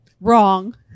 wrong